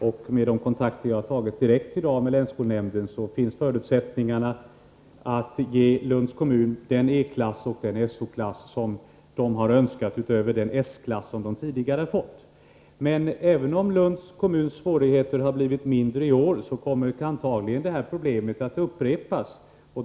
Enligt de kontakter som jag i dag har tagit direkt med länsskolnämnden finns det förutsättningar att ge Lunds kommun den E-klass och den SO-klass som man har önskat utöver den S-klass man tidigare har fått. Men även om Lunds kommuns svårigheter har blivit mindre i år, kommer detta problem antagligen att uppstå igen.